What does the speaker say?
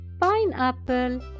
Pineapple